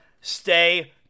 Stay